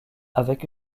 avec